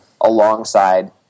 alongside